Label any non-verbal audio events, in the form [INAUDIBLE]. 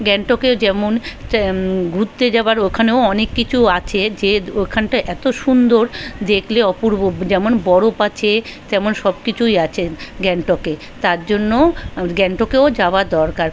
গ্যাংটকে যেমন [UNINTELLIGIBLE] ঘুরতে যাওয়ার ওখানেও অনেক কিছু আছে যে ওখানটায় এত সুন্দর দেখলে অপূর্ব যেমন বরফ আছে তেমন সব কিছুই আছে গ্যাংটকে তার জন্যও গ্যাংটকেও যাওয়া দরকার